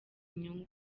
inyungu